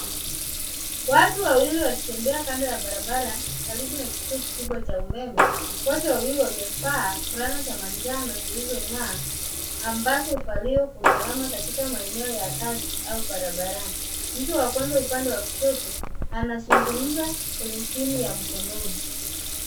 Watu wawili wakitembea kando ya barabara karibu na kituo kikubwa cha umeme, watu wawili wamevaa fulana za manjano zilizong'aa ambazo huvaliwa kwa usalama katika meneo ya kazi u barabarani. Mtu wa kwanza upande wa kushoto anazungumza kwenye simu ya mkononi.